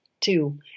two